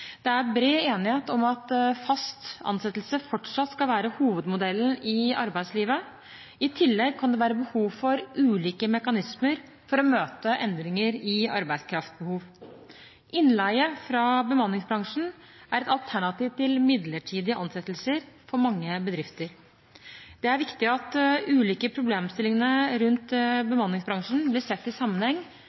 Det er bred enighet om at fast ansettelse fortsatt skal være hovedmodellen i arbeidslivet. I tillegg kan det være behov for ulike mekanismer for å møte endringer i arbeidskraftbehov. Innleie fra bemanningsbransjen er et alternativ til midlertidige ansettelser for mange bedrifter. Det er viktig at de ulike problemstillingene rundt bemanningsbransjen blir sett i sammenheng